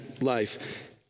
life